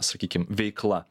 sakykim veikla